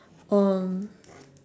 um